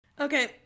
Okay